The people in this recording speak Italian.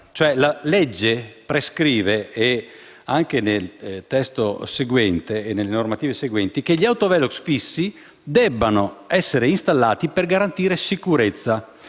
Cioè la legge prescrive, anche nel testo seguente e nelle normative seguenti, che gli autovelox fissi debbano essere installati per garantire la sicurezza